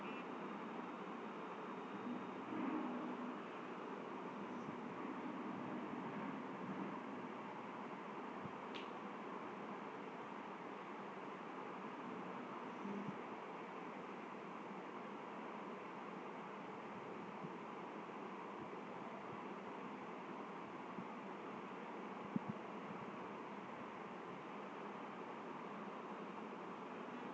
खेनाइ मे दालि केँ अलग अलग तरीका सँ रान्हल जाइ छै